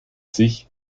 sich